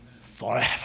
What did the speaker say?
forever